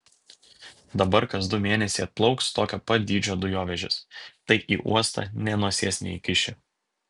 dabar kas du mėnesiai atplauks tokio pat dydžio dujovežis tai į uostą nė nosies neįkiši